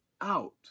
out